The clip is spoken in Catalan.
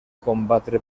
combatre